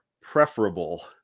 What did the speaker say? preferable